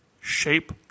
shape